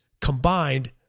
combined